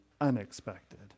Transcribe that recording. unexpected